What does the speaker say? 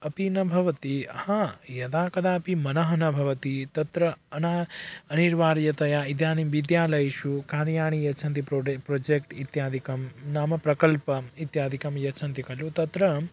अपि न भवति हा यदा कदापि मनः न भवति तत्र अना अनिवार्यतया इदानीं विद्यालयेषु कार्याणि यच्छन्ति प्रोडे प्रोजेक्ट् इत्यादिकं नाम प्रकल्पम् इत्यादिकं यच्छन्ति खलु तत्र